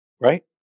right